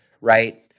right